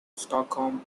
stockholm